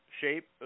shape